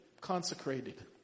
consecrated